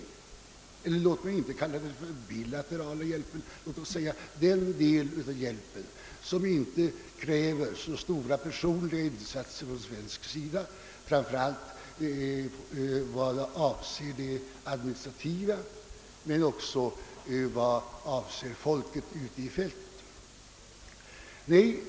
Jag skall för resten inte kalla det den bilaterala hjälpen, utan vill beteckna det som den del av hjälpen som kräver stora personella insatser från svensk sida framför allt vad det avser det administrativa men också vad det avser folket ute på fältet.